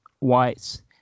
whites